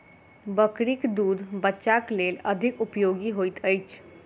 बकरीक दूध बच्चाक लेल अधिक उपयोगी होइत अछि